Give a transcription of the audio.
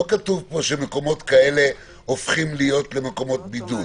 לא כתוב פה שהמקומות האלה הופכים להיות מקומות בידוד.